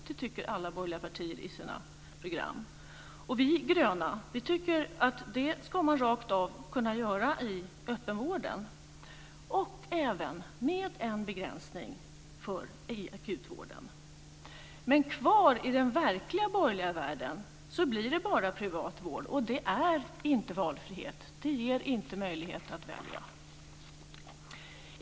Det tycker alla borgerliga partier i sina program. Vi gröna tycker att det ska man rakt av kunna göra i öppenvården och även med en begränsning i akutvården. Kvar i den verkliga borgerliga världen blir det bara privat vård. Det är inte valfrihet. Det ger inte möjlighet att välja.